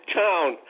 town